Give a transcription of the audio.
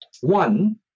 One